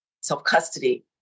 self-custody